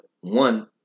one